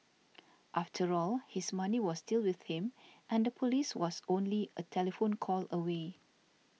after all his money was still with him and the police was only a telephone call away